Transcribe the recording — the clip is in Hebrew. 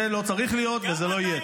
זה לא צריך להיות, וזה לא יהיה.